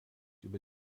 über